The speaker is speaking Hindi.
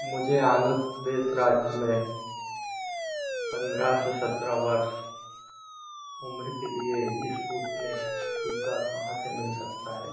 मुझे आंध्र प्रदेश राज्य में पन्द्रह से सत्रह वर्ष उम्र के लिये स्पुतनिक टीका कहाँ से मिल सकता है